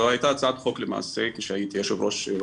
זו הייתה הצעת חוק למעשה כשהייתי יושב ראש של